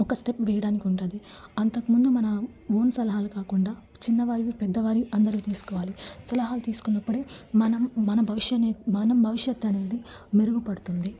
ఒక స్టెప్ వేయడానికి ఉంటుంది అంతకుముందు మన ఓన్ సలహాలు కాకుండా చిన్నవారివి పెద్దవారివి అందరివి తీసుకోవాలి సలహాలు తీసుకున్నప్పుడు మనం మన భవిష్యత్తు మన భవిష్యత్తు అనేది మెరుగు పడుతుంది